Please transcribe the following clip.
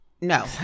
No